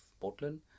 Portland